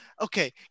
okay